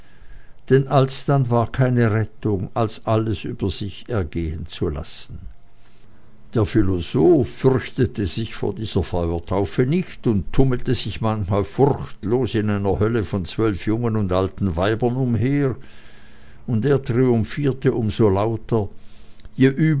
denn alsdann war keine rettung als alles über sich ergehen zu lassen der philosoph fürchtete sich vor dieser feuertaufe nicht und tummelte sich manchmal furchtlos in einer hölle von zwölf jungen und alten weiber umher und er triumphierte um so lauter